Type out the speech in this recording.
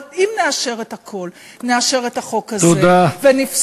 אבל אם נאשר את הכול, אם נאשר את החוק הזה, תודה.